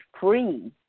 free